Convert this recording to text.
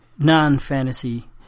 Non-fantasy